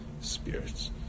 spirits